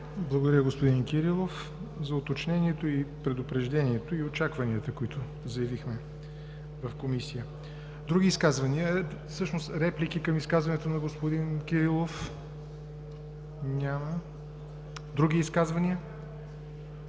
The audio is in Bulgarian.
Благодаря, господин Кирилов, за уточнението, предупреждението и очакванията, които заявихме в Комисията. Реплики към изказването на господин Кирилов? Няма. Други изказвания?